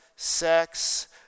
sex